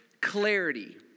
clarity